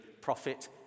prophet